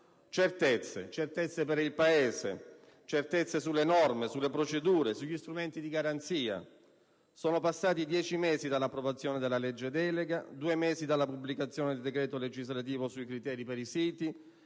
certezze per il Paese, certezze sulle norme, sulle procedure, sugli strumenti di garanzia. Sono passati dieci mesi dall'approvazione della legge delega, due mesi dalla pubblicazione del decreto legislativo sui criteri per i siti;